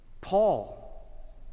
Paul